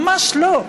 ממש לא,